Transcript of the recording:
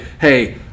hey